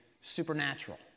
supernatural